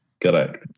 Correct